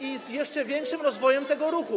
i z jeszcze większym rozwojem tego ruchu.